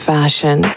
Fashion